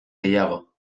gehiago